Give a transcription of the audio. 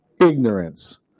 ignorance